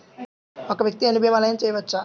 ఒక్క వ్యక్తి ఎన్ని భీమలయినా చేయవచ్చా?